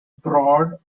broad